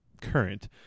current